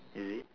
is it